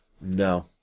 no